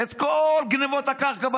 את כל גנבות הקרקע בנגב.